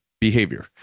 behavior